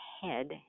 head